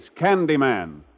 Candyman